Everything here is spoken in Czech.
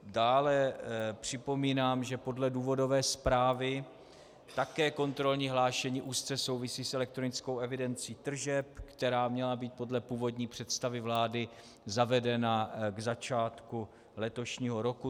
Dále připomínám, že podle důvodové zprávy také kontrolní hlášení úzce souvisí s elektronickou evidencí tržeb, která měla být podle původní představy vlády zavedena k začátku letošního roku.